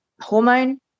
Hormone